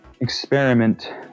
experiment